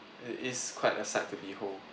it is quite a sight to behold